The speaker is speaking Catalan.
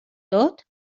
tot